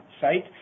site